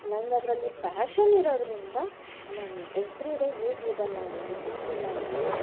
ನನಗದರಲ್ಲಿ passion ಇರೋದರಿಂದ ನಾನು every day ಯೂ ಟ್ಯೂಬಲ್ಲಾಗಲಿ ಟಿ ವಿಲಾಗಲಿ